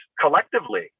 collectively